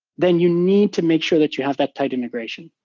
then you need to make sure that you have that tight integration.